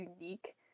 unique